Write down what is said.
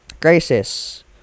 crisis